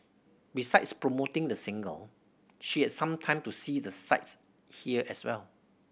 besides promoting the single she had some time to see the sights here as well